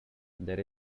there